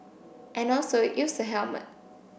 and also use a helmet